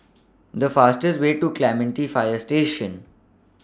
The fastest Way to Clementi Fire Station